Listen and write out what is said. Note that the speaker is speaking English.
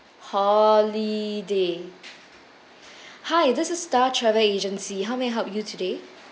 holiday hi this is star travel agency how may I help you today